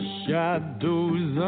shadows